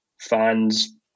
fans